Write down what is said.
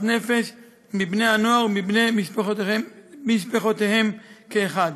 נפש מבני-הנוער ומבני משפחותיהם כאחד.